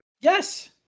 Yes